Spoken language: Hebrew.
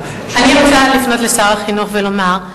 אני רוצה לפנות אל שר החינוך ולומר: